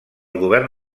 govern